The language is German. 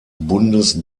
bundes